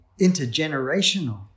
intergenerational